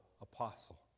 apostle